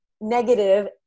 negative